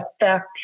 affect